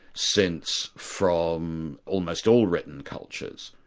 since from almost all written cultures,